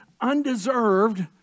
undeserved